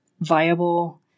viable